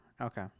Okay